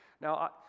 Now